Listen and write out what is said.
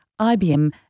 IBM